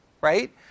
right